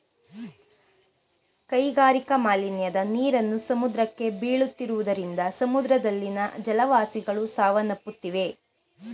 ಕೈಗಾರಿಕಾ ಮಾಲಿನ್ಯದ ನೀರನ್ನು ಸಮುದ್ರಕ್ಕೆ ಬೀಳುತ್ತಿರುವುದರಿಂದ ಸಮುದ್ರದಲ್ಲಿನ ಜಲವಾಸಿಗಳು ಸಾವನ್ನಪ್ಪುತ್ತಿವೆ